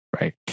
right